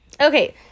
Okay